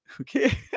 Okay